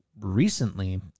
recently